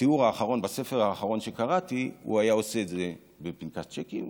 בתיאור האחרון בספר האחרון שקראתי הוא היה עושה את זה בפנקס צ'קים.